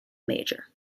major